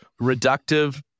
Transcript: reductive